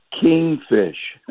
kingfish